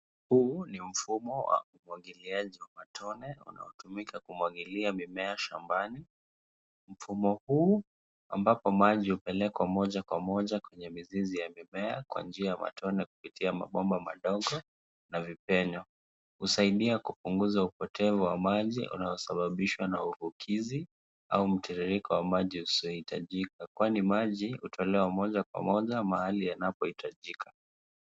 Huu ni mfumo wa umwagiliaji wa matone unaotumika kumwagilia mimea shambani. Mfumo huu ambapo maji hupelekwa moja moja kwenye mizizi ya mimea kwa njia ya matone kupitia mabomba madogo na vipenyo, husaidia kupunguza upotevu wa maji unaosababishwa na uvukizi au mtiririko wa maji usiohitajika kwani maji hutolewa moja moja mahali yanapohitajika.